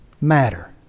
matter